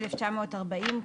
1940‏,